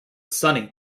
sunny